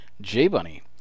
J-Bunny